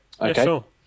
Okay